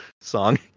song